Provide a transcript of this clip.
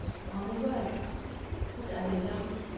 upon his work his early love,